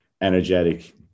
energetic